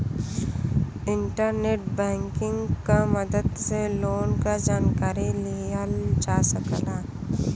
internet banking क मदद से लोन क जानकारी लिहल जा सकला